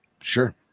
sure